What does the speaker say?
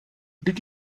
did